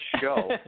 show